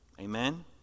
Amen